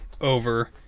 over